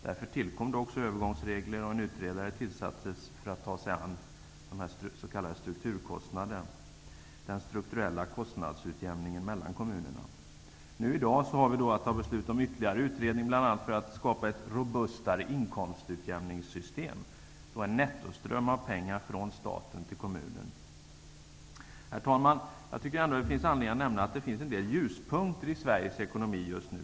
Därför tillkom det också övergångsregler, och en utredare tillsattes med uppgift att ta sig an de s.k. I dag har vi att fatta beslut om ytterligare utredningar, bl.a. för att skapa ett robustare inkomstutjämningssystem med en nettoström av pengar från staten till kommunen. Herr talman! Det finns anledning att nämna att det finns en del ljuspunkter i Sveriges ekonomi just nu.